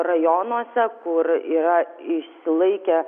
rajonuose kur yra išsilaikę